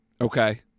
okay